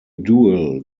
dual